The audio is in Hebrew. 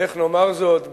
איך נאמר זאת,